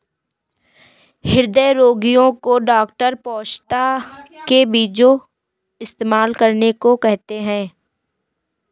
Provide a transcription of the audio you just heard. हृदय रोगीयो को डॉक्टर पोस्ता के बीजो इस्तेमाल करने को कहते है